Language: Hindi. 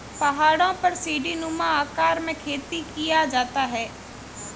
पहाड़ों पर सीढ़ीनुमा आकार में खेती किया जाता है